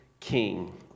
king